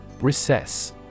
Recess